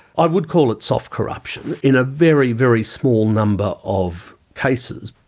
i would call it soft corruption in a very, very small number of cases.